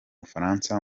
bufaransa